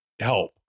help